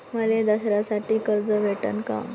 मले दसऱ्यासाठी कर्ज भेटन का?